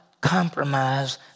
compromise